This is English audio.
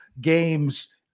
games